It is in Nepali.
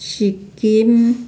सिक्किम